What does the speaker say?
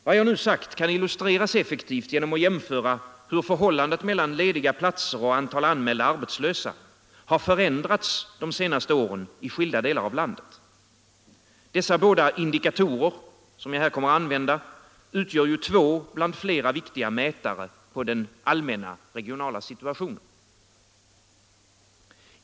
Vad jag nu sagt kan illustreras effektivt om man ser på hur förhållandet mellan lediga platser och antalet anmälda arbetslösa förändrats de senaste åren i skilda delar av landet. Dessa båda indikatorer utgör ju två bland flera viktiga mätare på den allmänna regionala situationen.